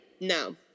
No